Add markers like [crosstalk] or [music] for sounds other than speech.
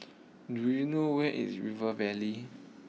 [noise] do you know where is River Valley